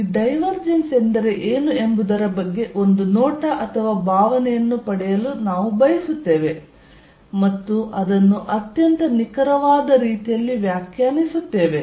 ಈ ಡೈವರ್ಜೆನ್ಸ್ ಎಂದರೆ ಏನು ಎಂಬುದರ ಬಗ್ಗೆ ಒಂದು ನೋಟ ಅಥವಾ ಭಾವನೆಯನ್ನು ಪಡೆಯಲು ನಾವು ಬಯಸುತ್ತೇವೆ ಮತ್ತು ಅದನ್ನು ಅತ್ಯಂತ ನಿಖರವಾದ ರೀತಿಯಲ್ಲಿ ವ್ಯಾಖ್ಯಾನಿಸುತ್ತೇವೆ